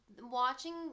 watching